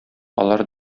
алар